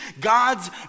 God's